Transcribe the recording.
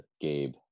Gabe